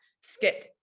skip